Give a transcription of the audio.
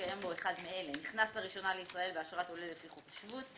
שהתקיים בו אחד מאלה: נכנס לראשונה לישראל באשרת עולה לפי חוק השבות,